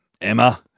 Emma